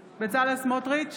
סמוטריץ'